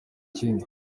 kindi